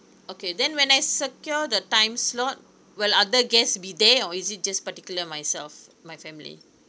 okay then when I secure the time slot will other guests be there or is it just particular myself my family